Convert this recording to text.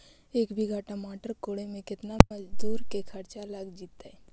एक बिघा टमाटर कोड़े मे केतना मजुर के खर्चा लग जितै?